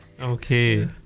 Okay